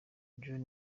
john